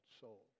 soul